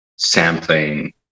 sampling